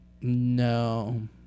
No